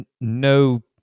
no